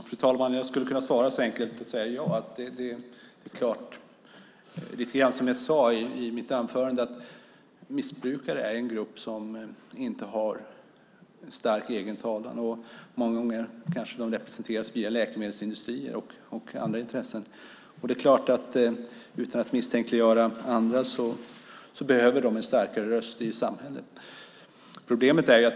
Fru talman! Jag skulle kunna svara med ett enkelt ja. I mitt anförande sade jag att missbrukare är en grupp som saknar stark egen talan. Många gånger representeras de kanske av läkemedelsindustrin och andra intressen, och - utan att misstänkliggöra någon - de behöver en starkare röst i samhället.